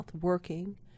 working